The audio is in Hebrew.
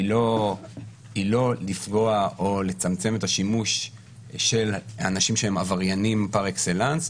היא לא לפגוע או לצמצם את השימוש של אנשים שהם עבריינים פר אקסלנס,